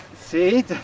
See